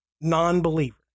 non-believer